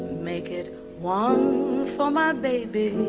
make it one for my baby